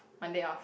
Monday off